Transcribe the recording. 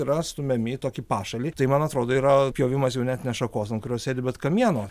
yra stumiami į tokį pašalį tai man atrodo yra pjovimas jau net ne šakos ant kurios sėdi bet kamieno